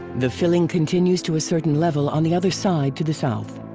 the filling continues to a certain level on the other side to the south.